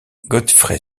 godfrey